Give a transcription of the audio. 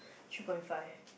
three point five